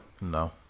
No